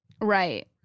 Right